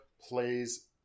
plays